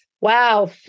wow